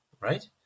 right